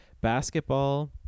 basketball